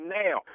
now